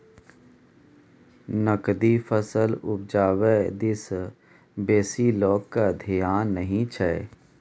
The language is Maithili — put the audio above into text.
नकदी फसल उपजाबै दिस बेसी लोकक धेआन नहि छै